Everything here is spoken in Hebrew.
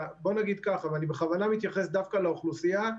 אני בכוונה מתייחס דווקא לאוכלוסייה,